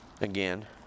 again